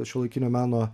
šiuolaikinio meno